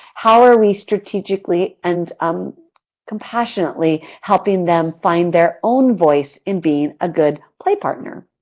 how are we strategically and um compassionately helping them find their own voice and being a good play partner?